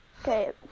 Okay